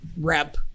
rep